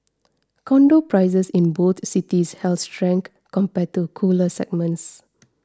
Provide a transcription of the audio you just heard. condo prices in both cities held strength compared to cooler segments